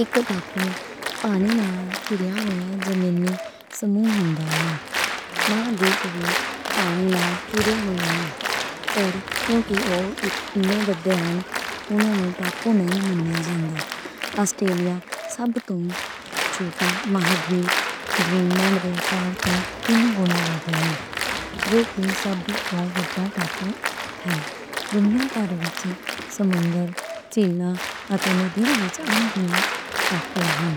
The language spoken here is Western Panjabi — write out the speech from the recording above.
ایک ٹاپو پانی نال گھِریا ہویا زمینی سموہ ہوندا ہے۔ مہاڈیپ وی پانی نال گھیرے ہوۓ ہن۔ پر کیوں کہ او اینے وڈے ہن، انہاں نوں ٹاپو نئیں منیا جاندا۔ آسٹریلیا سب توں چھوٹا مہاڈیپ گرین لینڈ دے اکار توں تن گنا وڈا ہے۔ جو کہ سب توں وڈا ٹاپو ہے۔ دنیا پار وچ سمندراں، جھیلاں اتے ندیاں وچ انگنت ٹاپو ہن۔